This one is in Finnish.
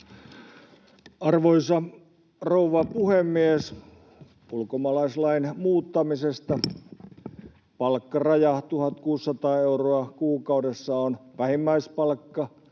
Arvoisa rouva puhemies! Ulkomaalaislain muuttamisesta: Palkkaraja 1 600 euroa kuukaudessa on vähimmäispalkka,